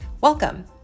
welcome